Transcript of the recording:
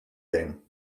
game